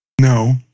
No